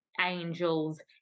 angels